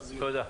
תודה.